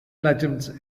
legends